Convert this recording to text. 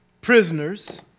prisoners